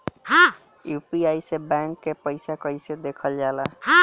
UPI से bank के पैसा कैसे देखल जाला?